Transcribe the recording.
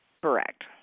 Correct